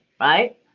right